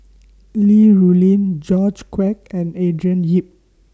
Li Rulin George Quek and Andrew Yip